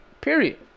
Period